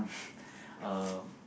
um